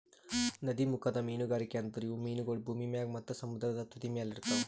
ನದೀಮುಖದ ಮೀನುಗಾರಿಕೆ ಅಂದುರ್ ಇವು ಮೀನಗೊಳ್ ಭೂಮಿ ಮ್ಯಾಗ್ ಮತ್ತ ಸಮುದ್ರದ ತುದಿಮ್ಯಲ್ ಇರ್ತಾವ್